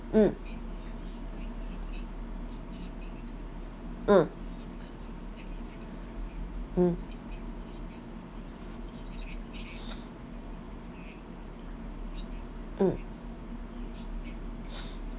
mm mm mm mm